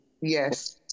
Yes